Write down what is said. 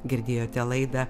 girdėjote laidą